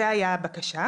זו הייתה הבקשה.